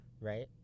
right